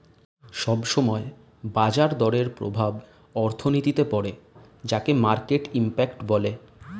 সব সময় বাজার দরের প্রভাব অর্থনীতিতে পড়ে যাকে মার্কেট ইমপ্যাক্ট বলে